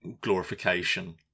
glorification